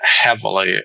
heavily